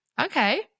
okay